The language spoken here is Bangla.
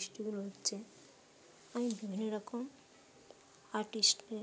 এইগুলো হচ্ছে আমি বিভিন্ন রকম আর্টিস্টকে